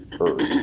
earth